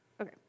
okay